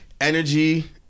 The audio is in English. energy